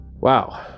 wow